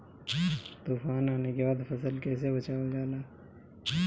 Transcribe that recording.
तुफान आने के बाद फसल कैसे बचावल जाला?